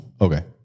Okay